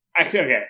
Okay